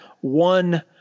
one